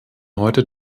heute